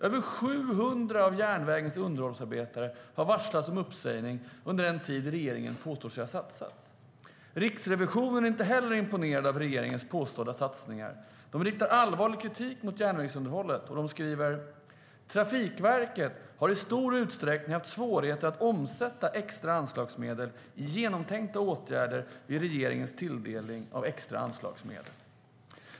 Över 700 av järnvägens underhållsarbetare har varslats om uppsägning under den tid regeringen påstår sig ha satsat. Riksrevisionen är inte heller imponerad av regeringens påstådda satsningar. Man riktar allvarlig kritik mot järnvägsunderhållet och skriver: "Trafikverket har i stor utsträckning haft svårigheter att omsätta extra anslagsmedel i genomtänkta åtgärder vid regeringens tilldelning av extra anslagsmedel."